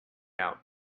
out